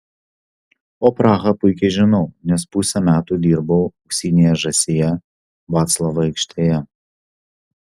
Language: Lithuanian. o prahą puikiai žinau nes pusę metų dirbau auksinėje žąsyje vaclavo aikštėje